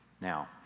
Now